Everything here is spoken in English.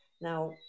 Now